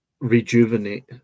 rejuvenate